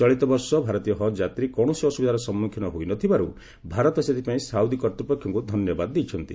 ଚଳିତ ବର୍ଷ ଭାରତୀୟ ହଜ୍ ଯାତ୍ରୀ କୌଣସି ଅସ୍ରବିଧାର ସମ୍ମୁଖୀନ ହୋଇନଥିବାର୍ ଭାରତ ସେଥିପାଇଁ ସାଉଦି କର୍ତ୍ତୃପକ୍ଷଙ୍କୁ ଧନ୍ୟବାଦ ଦେଇଛନ୍ତି